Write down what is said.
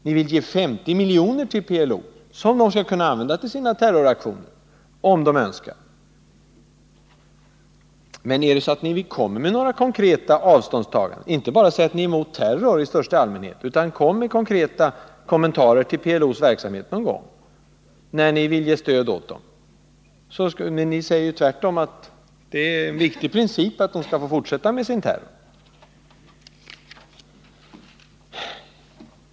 Ni vill ge 50 miljoner till PLO, som man skall kunna använda till sina terroraktioner om man så Önskar. Säg inte bara att ni är emot terror i största allmänhet, utan kom med konkreta kommentarer till PLO:s verksamhet någon gång, när ni nu vill ge stöd åt dem! Men ni säger ju tvärtom att det är en viktig princip att PLO får fortsätta med sin terror!